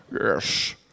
Yes